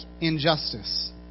injustice